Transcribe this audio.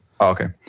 okay